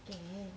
can